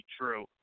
true